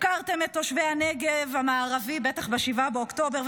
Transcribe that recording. הפקרתם את תושבי הנגב המערבי, בטח ב-7 באוקטובר.